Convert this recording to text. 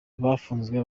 bafunzwe